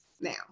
now